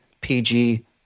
PG